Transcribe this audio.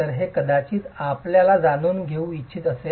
तर हे कदाचित आपल्याला जाणून घेऊ इच्छित असेल